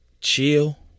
chill